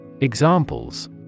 Examples